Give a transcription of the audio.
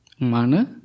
Mana